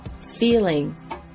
feeling